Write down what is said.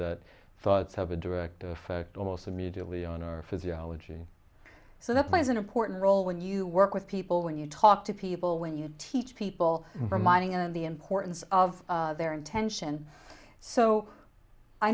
that thoughts have a direct effect almost immediately on our physiology so that plays an important role when you work with people when you talk to people when you teach people reminding of the importance of their intention so i